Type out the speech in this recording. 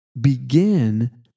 begin